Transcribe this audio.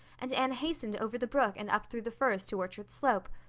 and anne hastened over the brook and up through the firs to orchard slope.